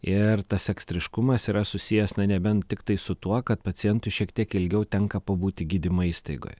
ir tas ekstriškumas yra susijęs na nebent tiktai su tuo kad pacientui šiek tiek ilgiau tenka pabūti gydymo įstaigoje